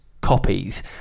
copies